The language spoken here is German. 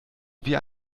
wie